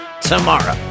tomorrow